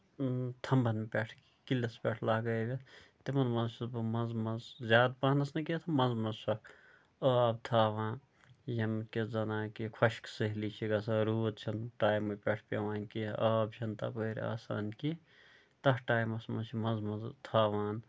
تھمبَن پیٚٹھ کِلِس پیٚٹھ لَگٲوِتھ تِمن منٛز چھُس بہٕ منٛزٕ منٛزٕ زیادٕ پَہنَس نہٕ کیٚنٛہہ منٛزٕ منٛزٕ چھُسکھ آب تھاوان ییٚمہِ کِنۍ زَن کہِ خۄشکہٕ سٲلۍ چھِ گژھان روٗد چھُنہٕ ٹایمہٕ پیٚٹھ پیٚوان کیٚنٛہہ آب چھُنہٕ تَپٲرۍ آسان کیٚنٛہہ تَتھ ٹایمَس منٛز چھُ منٛزٕ منٛزٕ تھاوان